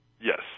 Yes